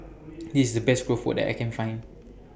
This IS The Best Keropok that I Can Find